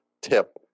tip